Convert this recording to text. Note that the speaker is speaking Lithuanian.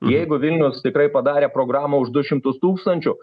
jeigu vilnius tikrai padarė programą už du šimtus tūkstančių